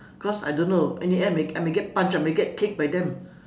cause I don't know in the end may I may get punched I may get kicked by them